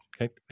okay